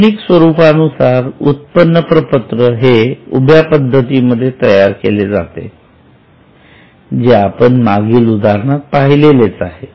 आधुनिक स्वरूपानुसार उत्पन्न प्रपत्र हे उभ्या पद्धतीमध्ये तयार केले जाते जे आपण मागील उदाहरणात पाहिलेच आहे